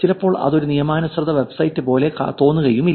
ചിലപ്പോൾ ഇത് ഒരു നിയമാനുസൃത വെബ്സൈറ്റ് പോലെ തോന്നുകയുമില്ല